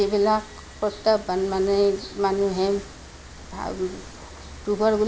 যিবিলাক প্ৰত্যাহ্বান মানে মানুহে